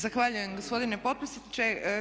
Zahvaljujem gospodine potpredsjedniče.